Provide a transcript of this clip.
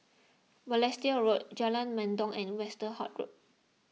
Balestier Road Jalan Mendong and Westerhout Road